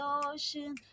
ocean